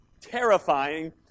terrifying